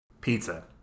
Pizza